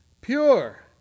pure